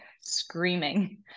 screaming